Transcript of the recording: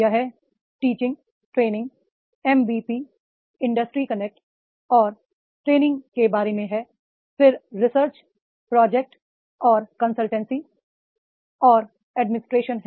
यह teaching training MBP industry connect और training के बारे में है फिर रिसर्च प्रोजेक्ट और परामर्श और एडमिनिस्ट्रेशन हैं